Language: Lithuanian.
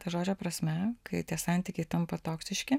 ta žodžio prasme kai tie santykiai tampa toksiški